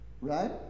Right